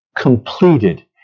completed